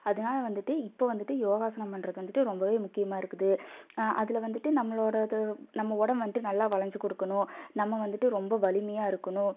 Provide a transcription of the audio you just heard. அதனால வந்துட்டு இப்போது வந்துட்டு யோகாசனம் பண்ணுறது வந்துட்டு ரொம்பவே முக்கியமாக இருக்குது அதில் வந்துட்டு நம்மளோடய இது நம்ம ஒடம்பு வந்துட்டு நல்லா வளைஞ்சி கொடுக்கணும் நம்ம வந்துட்டு ரொம்ப வலிமையாக இருக்கணும்